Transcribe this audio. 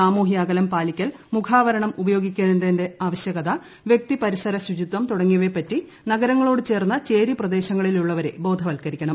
സാമൂഹ്യഅകലം പാലിക്കൽ മുഖാവരണം ഉപോയഗിക്കേണ്ടതിന്റെ ആവശ്യകത വ്യക്തി പരിസര ശുചിത്വം തുടങ്ങിയവയെപറ്റി നഗരങ്ങളോട് ചേർന്ന ചേരിപ്രദേശങ്ങളിലുള്ളവരെ ബോധവൽക്കരിക്കണം